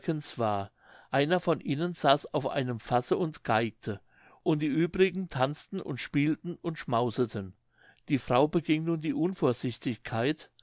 war einer von ihnen saß auf einem fasse und geigte und die uebrigen tanzten und spielten und schmauseten die frau beging nun die